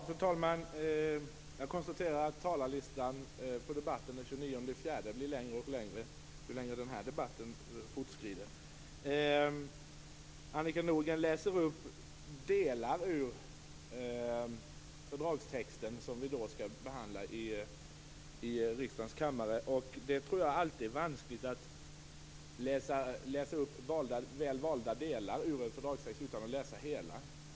Fru talman! Jag konstaterar att talarlistan för debatten den 29 april blir allt längre ju längre den här debatten fortskrider. Annika Nordgren läser upp delar av den fördragstext som vi då skall behandla i riksdagens kammare. Det är alltid vanskligt läsa upp väl valda delar ur en fördragstext utan att läsa hela.